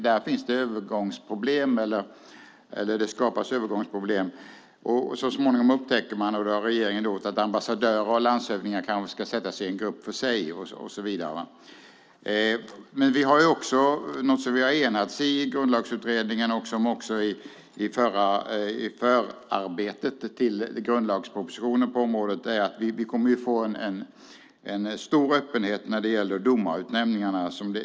Där finns det övergångsproblem. Så småningom upptäcker man - det har regeringen gjort - att ambassadörer och landshövdingar ska sättas i en grupp för sig. Men vi har något som vi har enats om i Grundlagsutredningen och i förarbetena till grundlagspropositionen på området. Vi kommer att få en stor öppenhet när det gäller domarutnämningarna.